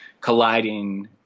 colliding